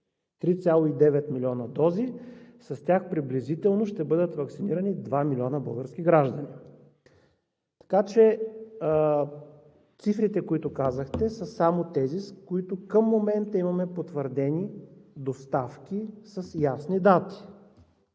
милиона дози! С тях приблизително ще бъдат ваксинирани два милиона български граждани. Така че цифрите, които казахте, са само с тези, с които към момента имаме потвърдени доставки с ясни дати.